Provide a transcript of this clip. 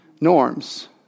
norms